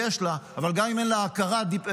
יש לה, אבל גם אם אין לה הכרה מדינית,